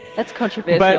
that's controversial. but